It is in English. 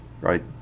right